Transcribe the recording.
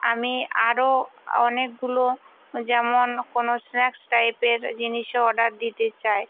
আমি আরও অনেকগুলো যেমন কোনো স্ন্যাক্স টাইপের জিনিসও অর্ডার দিতে চাই